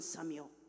Samuel